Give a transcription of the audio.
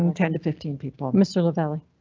um ten to fifteen people mr lavalley.